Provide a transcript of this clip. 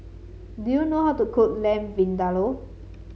do you know how to cook Lamb Vindaloo